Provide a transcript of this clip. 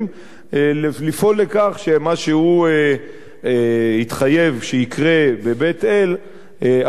לפעול לכך שמה שהוא התחייב שיקרה בבית-אל אכן יקרה.